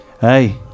Hey